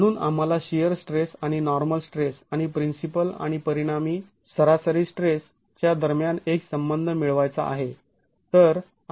म्हणून आम्हाला shear stress आणि नॉर्मल स्ट्रेस आणि प्रिन्सिपल आणि परिणामी सरासरी स्ट्रेस च्या दरम्यान एक संबंध मिळवायचा आहे